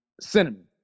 cinnamon